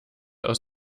aus